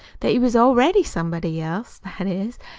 that you was already somebody else that is,